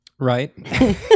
Right